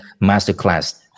Masterclass